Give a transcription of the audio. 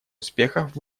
успехов